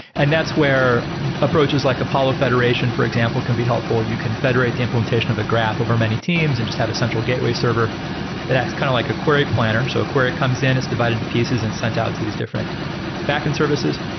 and that's where approaches like apollo federation for example can be helpful. you can federate the implementation of the graph over many teams and just have a central gateway server that acts kind of like a query planner. so a query comes in. it's divided into pieces and sent out to these different backend services.